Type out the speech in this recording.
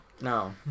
No